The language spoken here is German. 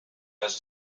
dass